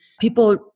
people